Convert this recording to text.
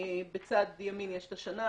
בצד ימין יש את השנה,